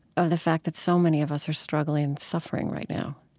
of the fact that so many of us are struggling and suffering right now